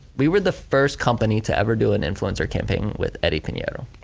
we were the first company to ever do an influencer campaign with eddie pineiro.